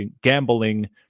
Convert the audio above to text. gambling